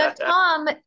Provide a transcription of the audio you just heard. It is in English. Tom